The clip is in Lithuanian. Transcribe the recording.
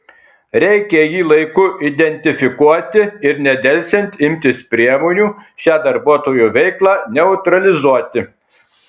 reikia jį laiku identifikuoti ir nedelsiant imtis priemonių šią darbuotojo veiklą neutralizuoti